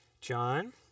John